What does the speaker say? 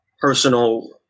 personal